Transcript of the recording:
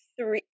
three